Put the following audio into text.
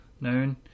known